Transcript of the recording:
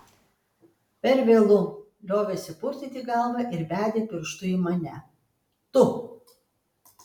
per vėlu liovėsi purtyti galvą ir bedė pirštu į mane tu